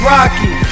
Rocky